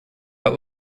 but